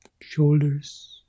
shoulders